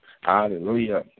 Hallelujah